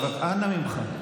אנא ממך.